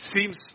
seems